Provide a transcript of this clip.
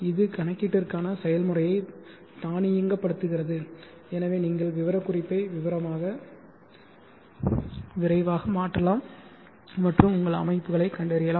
இது கணக்கீட்டிற்கான செயல்முறையை தானியங்குபடுத்துகிறது எனவே நீங்கள் விவரக்குறிப்பை விரைவாக மாற்றலாம் மற்றும் உங்கள் அமைப்புகளை கண்டறியலாம்